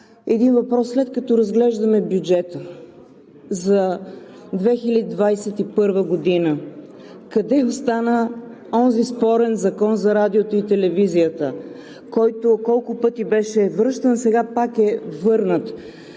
един въпрос. След като разглеждаме бюджета за 2021 г., къде остана онзи спорен Закон за радиото и телевизията, който колко пъти беше връщан, сега пак е върнат